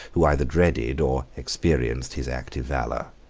who either dreaded or experienced his active valor.